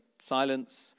silence